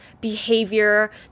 behavior